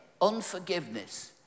unforgiveness